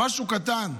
משהו קטן.